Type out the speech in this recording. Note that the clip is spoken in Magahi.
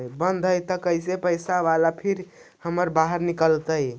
बन्द हैं त कैसे पैसा बाला फिर से हमर निकलतय?